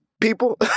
people